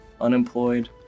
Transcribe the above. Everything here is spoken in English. unemployed